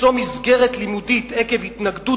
מתקשים למצוא מסגרת לימודית עקב התנגדות